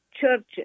churches